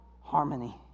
Harmony